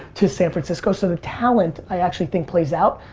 to san francisco. so the talent, i actually think plays out.